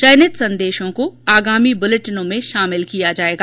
चयनित संदेशों को आगामी बूलेटिनों में शामिल किया जाएगा